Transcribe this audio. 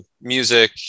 music